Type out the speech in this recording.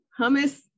hummus